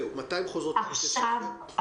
עכשיו,